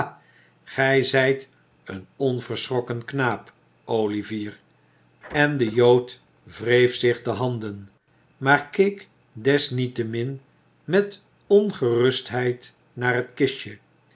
gij zijt een onverschrokken knaap olivier en de jood wreef zich de handen maar keek desniettemin met ongerustheid naar het kistje